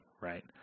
right